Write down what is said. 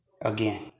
Again